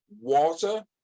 water